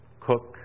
cook